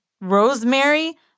Rosemary